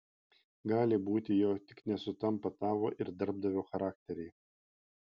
gali būti jog tik nesutampa tavo ir darbdavio charakteriai